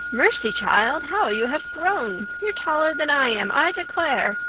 mercy, child, how you have grown! you're taller than i am, i declare.